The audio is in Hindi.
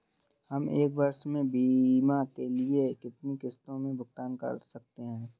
हम एक वर्ष में बीमा के लिए कितनी किश्तों में भुगतान कर सकते हैं?